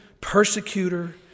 persecutor